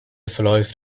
verläuft